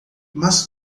mas